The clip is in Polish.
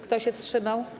Kto się wstrzymał?